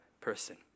person